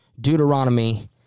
Deuteronomy